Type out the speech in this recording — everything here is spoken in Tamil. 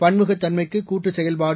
பன்முகத் தன்மைக்கு கூட்டு செயல்பாடு